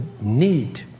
need